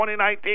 2019